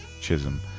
chisholm